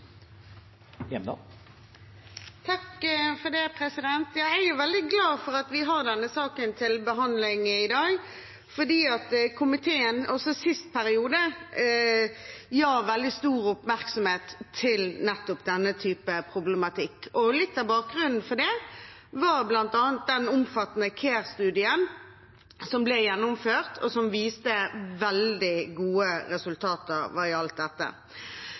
veldig glad for at vi har denne saken til behandling i dag. Komiteen ga også i siste periode veldig stor oppmerksomhet til nettopp denne typen problematikk. Litt av bakgrunnen for det var bl.a. den omfattende CARE-studien som ble gjennomført, og som viste veldig gode resultater hva gjaldt dette.